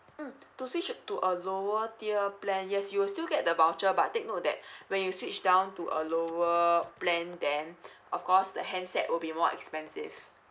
mm to switch it to a lower tier plan yes you will still get the voucher but take note that when you switch down to a lower plan then of course the handset will be more expensive